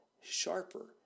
sharper